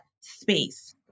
space